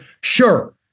Sure